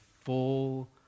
full